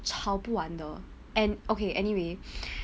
吵不完的 and okay anyway